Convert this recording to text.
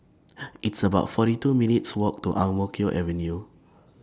It's about forty two minutes' Walk to Ang Mo Kio Avenue